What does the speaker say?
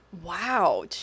Wow